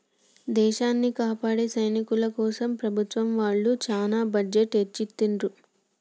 దేశాన్ని కాపాడే సైనికుల కోసం ప్రభుత్వం వాళ్ళు చానా బడ్జెట్ ని ఎచ్చిత్తండ్రు